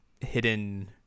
hidden